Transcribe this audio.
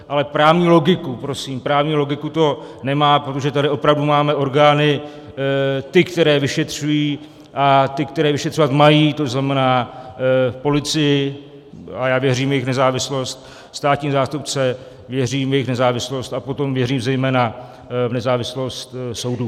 Ale právní logiku prosím, právní logiku to nemá, protože tady opravdu máme orgány, ty, které vyšetřují, a ty, které vyšetřovat mají, to znamená policii a já věřím v jejich nezávislost, státní zástupce věřím v jejich nezávislost, a potom věřím zejména v nezávislost soudů.